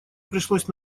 пришлось